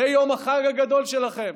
זה יום החג הגדול שלכם,